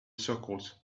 circles